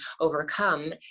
overcome